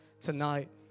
tonight